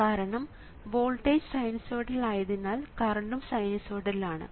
കാരണം voltage sinusoidal ആയതിനാൽ കറണ്ടും സൈനുസോയിടൽ ആണ്